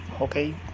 okay